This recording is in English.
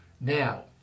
Now